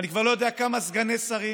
ואני כבר לא יודע כמה סגני שרים,